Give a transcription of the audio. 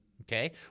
Okay